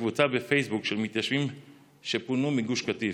בקבוצה בפייסבוק של מתיישבים שפונו מגוש קטיף.